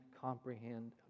comprehend